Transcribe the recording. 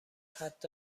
حتی